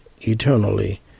eternally